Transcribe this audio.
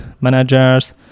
managers